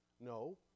no